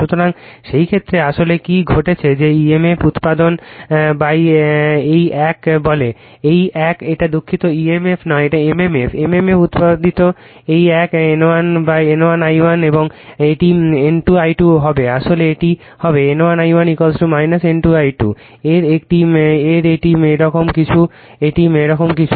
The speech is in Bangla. সুতরাং সেই ক্ষেত্রে আসলে কি ঘটছে যে emf উত্পাদন এই এক বলে এই এক এটা দুঃখিত emf নয় mmf mmf উত্পাদিত এই এক হবে N1 I1 এবং এটি N2 I2 হবে আসলে এটি হবে N1 I1 N2 I2 এর এটি এরকম কিছু এটি এরকম কিছু